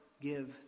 give